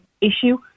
issue